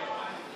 קבוצת סיעת ש"ס,